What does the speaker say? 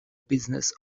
business